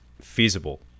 feasible